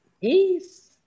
Peace